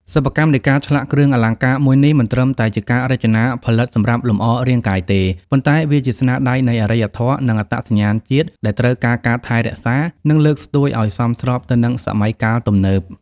សិប្បកម្មនៃការឆ្លាក់គ្រឿងអលង្ការមួយនេះមិនត្រឹមតែជាការរចនាផលិតសម្រាប់លម្អរាងកាយទេ ប៉ុន្តែវាជាស្នាដៃនៃអរិយធម៌ និងអត្តសញ្ញាណជាតិដែលត្រូវការការថែរក្សា និងលើកស្ទួយឲ្យសមស្របទៅនឹងសម័យកាលទំនើប។